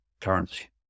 currency